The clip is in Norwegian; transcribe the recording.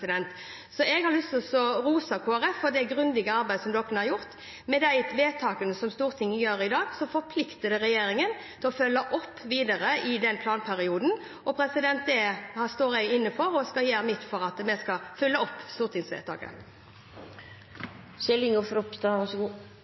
politiet. Så jeg har lyst til å rose Kristelig Folkeparti for det grundige arbeidet de har gjort. De vedtakene Stortinget gjør i dag, forplikter regjeringen til å følge det opp videre i den planperioden. Det står jeg inne for, og jeg skal gjøre mitt for at vi skal følge opp